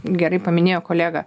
gerai paminėjo kolega